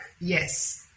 yes